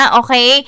okay